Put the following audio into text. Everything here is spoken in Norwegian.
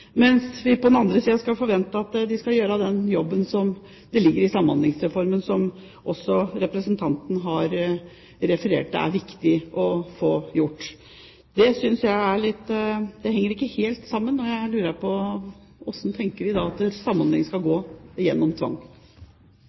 mens vi på den andre siden skal forvente at de skal gjøre den jobben som det ligger i Samhandlingsreformen, som også representanten har referert til, at er viktig å få gjort? Det henger ikke helt sammen, og jeg lurer på: Hvordan tenker man at samhandlingen skal være, gjennom tvang?